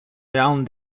around